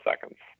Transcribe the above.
seconds